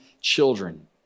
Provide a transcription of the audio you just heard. children